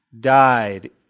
died